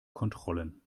kontrollen